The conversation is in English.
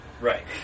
Right